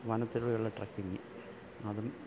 വനത്തിലൂടെ ഉള്ള ട്രക്കിംങ് അതും